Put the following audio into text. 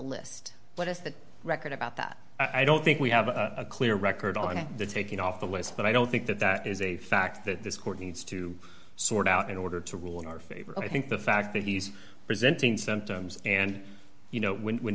list but it's the record about that i don't think we have a clear record on the taking off the list but i don't think that that is a fact that this court needs to sort out in order to rule in our favor i think the fact that he's presenting some terms and you know when